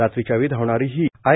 रात्रीच्या वेळी धावणारी ही आय